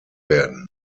werden